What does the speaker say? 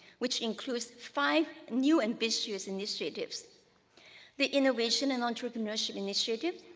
which includes five new ambitious initiatives the innovation and entrepreneurship initiative,